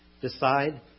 Decide